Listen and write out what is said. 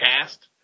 cast